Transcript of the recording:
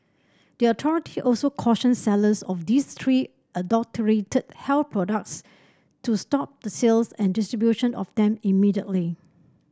the authority also cautioned sellers of these three adulterated health products to stop the sales and distribution of them immediately